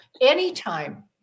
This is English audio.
Anytime